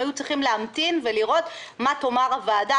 הם היו צריכים להמתין ולראות מה תאמר הוועדה,